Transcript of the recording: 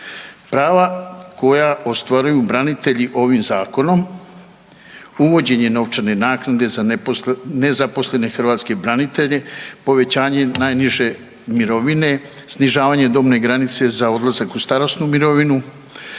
Prava koja ostvaruju branitelji ovim zakonom, uvođenje novčane naknade za nezaposlene hrvatske branitelje, povećanje najniže mirovine, snižavanje dobne granice za odlazak u starosnu mirovinu,